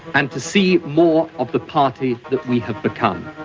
and to see more of the party that we have become,